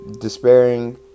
despairing